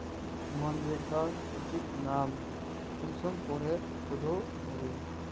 मनरेगा सूचित नाम कुंसम करे चढ़ो होबे?